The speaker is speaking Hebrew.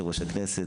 יושב-ראש הכנסת,